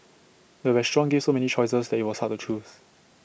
the restaurant gave so many choices that IT was hard to choose